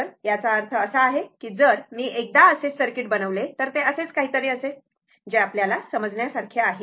तर याचा अर्थ असा की जर मी एकदा असेच सर्किट बनविले तर ते असेच काहीतरी असेल जे आपल्याला समजण्यासारखे आहे